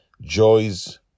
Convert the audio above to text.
Joy's